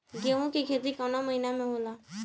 गेहूँ के खेती कवना महीना में होला?